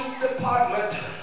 department